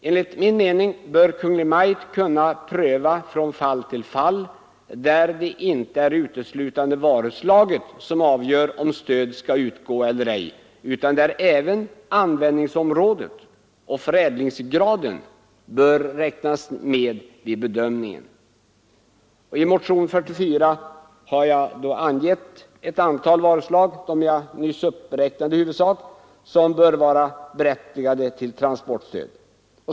Enligt min mening bör Kungl. Maj:t kunna pröva från fall till fall, och då bör det inte vara uteslutande varuslaget som avgör om stöd skall utgå eller ej, utan även användningsområdet och förädlingsgraden bör räknas med vid bedömningen. I motionen 44 har jag angett ett antal varuslag — i huvudsak de jag nyss uppräknade — som bör vara berättigade till transportstöd.